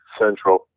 central